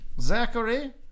zachary